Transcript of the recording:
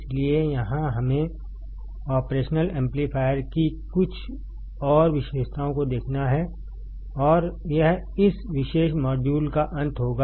इसलिए यहां हमें ऑपरेशनल एम्पलीफायर की कुछ और विशेषताओं को देखना है और यह इस विशेष मॉड्यूल का अंत होगा